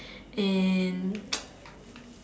and